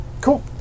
Cool